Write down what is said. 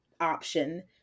option